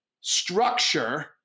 structure